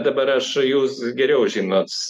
dabar aš jūs geriau žinot